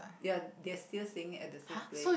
ya they're still staying at the same place